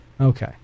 okay